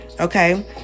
Okay